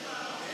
אם